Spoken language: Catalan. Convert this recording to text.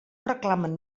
reclamen